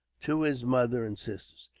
to his mother and sisters.